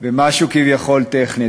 במשהו כביכול טכני.